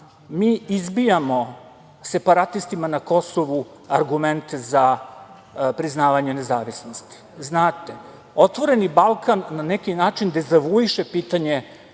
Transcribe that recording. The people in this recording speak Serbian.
mi izbijamo separatistima na Kosovu argumente za priznavanje nezavisnosti. Znate, „Otvoreni Balkan“ na neki način dezavuiše pitanje